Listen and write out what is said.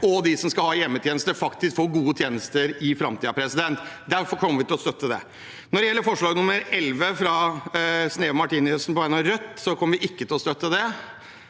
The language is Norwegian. og de som skal ha hjemmetjenester, faktisk får gode tjenester i framtiden. Derfor kommer vi til å støtte det. Når det gjelder forslag nr. 11, fra Sneve Martinussen på vegne av Rødt, kommer vi ikke til å støtte det.